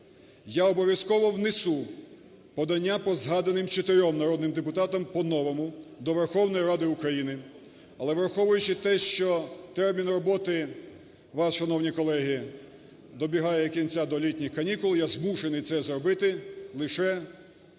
Я обов'язково внесу подання по згаданим чотирьом народним депутатам по-новому до Верховної Ради України. Але, враховуючи те, що термін роботи ваш, шановні колеги, добігає кінця до літніх канікул, я змушений це зробити лише в кінці